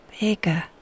bigger